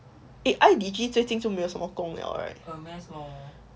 eh iDigi 最近就没有什么工了 right